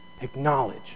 acknowledge